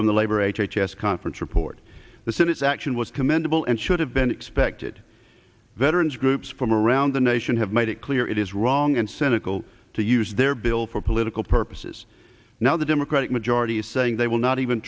from the labor h h s conference report the senate's action was commendable and should have been expected veterans groups from around the nation have made it clear it is wrong and senekal to use their bill for political purposes now the democratic majority saying they will not even